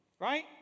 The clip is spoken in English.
Right